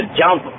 jump